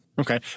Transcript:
Okay